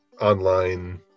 online